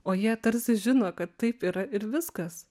o jie tarsi žino kad taip yra ir viskas